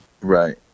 Right